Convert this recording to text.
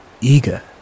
Eager